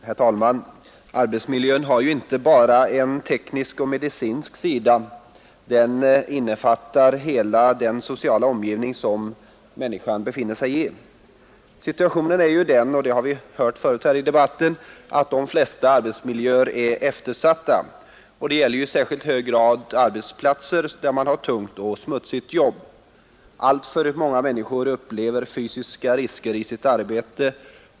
Herr talman! Arbetsmiljön har inte bara en teknisk och medicinsk sida. Den innefattar hela den sociala omgivning som människan är verksam i. Situationen är den — det har vi hört tidigare i debatten — att de flesta arbetsmiljöer är eftersatta. Det gäller i särskilt hög grad arbetsplatser där man har tungt och smutsigt jobb. Alltför många människor upplever fysiska risker i sitt arbete.